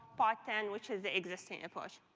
part ten, which is the existing approach.